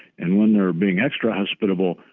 and when they're being extra hospitable,